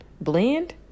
blend